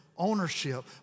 ownership